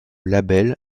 label